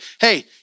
Hey